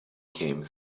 came